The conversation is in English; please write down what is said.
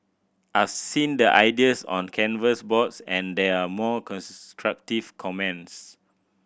I've seen the ideas on the canvas boards and there are constructive comments